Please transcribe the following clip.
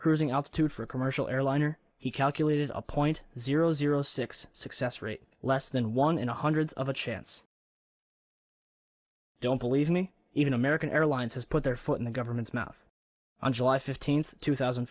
cruising altitude for a commercial airliner he calculated a point zero zero six success rate less than one in hundreds of a chance don't believe me even american airlines has put their foot in the government's mouth on july fifteenth two thousand